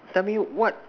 tell me what